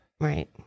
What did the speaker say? Right